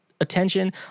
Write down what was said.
attention